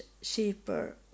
cheaper